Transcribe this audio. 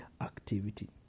activity